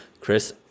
Chris